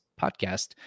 podcast